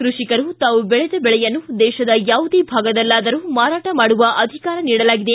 ಕೃಷಿಕರು ತಾವು ಬೆಳೆದ ಬೆಳೆಯನ್ನು ದೇಶದ ಯಾವುದೇ ಭಾಗದಲ್ಲಾದರೂ ಮಾರಾಟ ಮಾಡುವ ಅಧಿಕಾರ ನೀಡಲಾಗಿದೆ